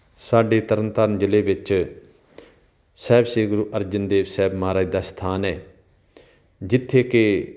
ਸਾਡੇ ਤਰਨ ਤਾਰਨ ਜ਼ਿਲ੍ਹੇ ਵਿੱਚ ਸਾਹਿਬ ਸ਼੍ਰੀ ਗੁਰੂ ਅਰਜਨ ਦੇਵ ਸਾਹਿਬ ਮਹਾਰਾਜ ਦਾ ਸਥਾਨ ਹੈ ਜਿੱਥੇ ਕਿ